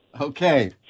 okay